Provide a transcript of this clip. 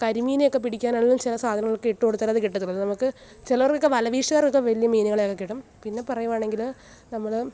കരിമീനിനെയൊക്കെ പിടിക്കാനാണെങ്കിലും ചില സാധനങ്ങളൊക്കെ ഇട്ടുകൊടുത്താലേ അത് കിട്ടത്തുള്ളൂ അത് നമുക്ക് ചിലർക്കൊക്ക വലവീശുകാർക്കൊക്ക വലിയ മീനുകളെയൊക്കെ കിട്ടും പിന്നെ പറയുകയാണെങ്കിൽ നമ്മൾ